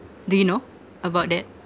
do you know about that